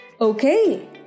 Okay